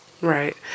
Right